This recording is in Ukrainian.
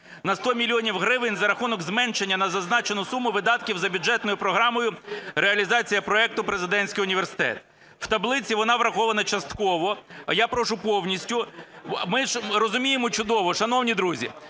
на 100 мільйонів гривень, за рахунок зменшення на зазначену суму видатків за бюджетною програмою "Реалізація проекту "Президентський університет". В таблиці вона врахована частково, а я прошу повністю. Ми ж розуміємо чудово, шановні друзі,